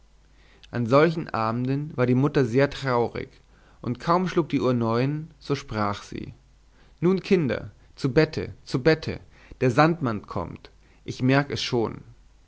an solchen abenden war die mutter sehr traurig und kaum schlug die uhr neun so sprach sie nun kinder zu bette zu bette der sandmann kommt ich merk es schon